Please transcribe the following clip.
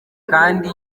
kandi